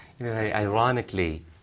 Ironically